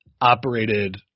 operated